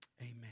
Amen